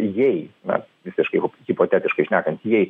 jei mes visiškai hipotetiškai šnekant jei